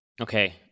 Okay